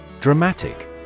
Dramatic